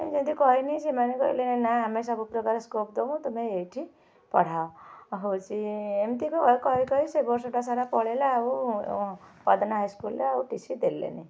ଯେମିତି କହିନି ସେମାନେ କହିଲେ ନା ଆମେ ସବୁପ୍ରକାର ସ୍କୋପ୍ ଦେବୁ ତୁମେ ଏଇଠି ପଢ଼ାଅ ହେଉଛି ଏମିତି କହି କହି ସେ ବର୍ଷଟା ସାରା ପଳାଇଲା ଆଉ ପଦନା ହାଇସ୍କୁଲ୍ରେ ଆଉ ଟି ସି ଦେଲେନି